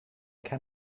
can